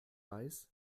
weiß